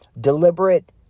deliberate